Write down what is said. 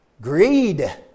Greed